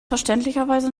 verständlicherweise